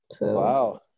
Wow